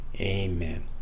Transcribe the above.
Amen